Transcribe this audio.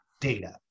data